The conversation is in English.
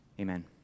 Amen